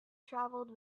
travelled